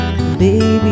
Baby